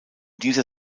dieser